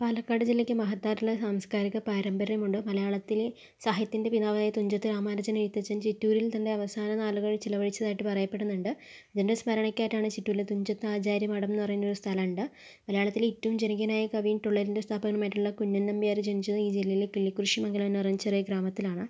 പാലക്കാട് ജില്ലയ്ക്ക് മഹത്തായിട്ടുള്ള സാംസ്കാരിക പാരമ്പര്യം ഉണ്ട് മലയാളത്തില് സാഹിത്യത്തിൻ്റെ പിതാവായ തുഞ്ചത്ത് രാമാനുജൻ എഴുത്തച്ഛൻ ചിറ്റൂരിൽ തൻ്റെ അവസാന നാളുകളിൽ ചിലവഴിച്ചതായിട്ട് പറയപ്പെടുന്നുണ്ട് ഇതിൻ്റെ സ്മരണക്കായിട്ടാണ് ചിറ്റൂരിലെ തുഞ്ചത്ത് ആചാര്യ മഠം എന്ന് പറഞ്ഞൊരു സ്ഥലം ഉണ്ട് മലയാളത്തിലെ ഏറ്റവും ജനകീയനായ കവിയും തുള്ളലിൻ്റെ സ്ഥാപകനുമായിട്ടുള്ള കുഞ്ചൻ നമ്പ്യാര് ജനിച്ചത് ഈ ജില്ലയിലെ കിള്ളിക്കുറിശ്ശി മംഗലം എന്ന് പറഞ്ഞ ചെറിയൊരു ഗ്രാമത്തിലാണ്